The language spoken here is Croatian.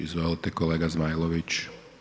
Izvolite kolega Zmajlović.